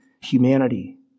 humanity